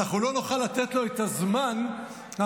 אנחנו לא נוכל לתת לו את הזמן האקדמי,